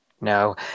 No